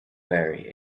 very